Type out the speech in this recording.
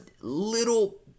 little